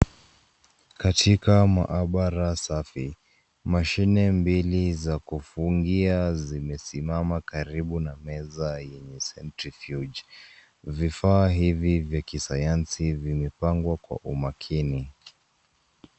Katika mahabara safi mashine mbili za kufungia zimesimama karibu na meza yenye Centrifuge Vifaa hivi ya kisayansi vimepangwa kwa umakini.